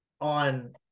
on